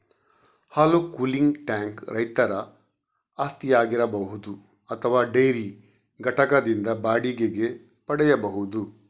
ಹಾಲು cooling tank ರೈತರ ಆಸ್ತಿಯಾಗಿರಬಹುದು ಅಥವಾ ಡೈರಿ ಘಟಕದಿಂದ ಬಾಡಿಗೆಗೆ ಪಡೆಯಬಹುದು